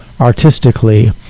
artistically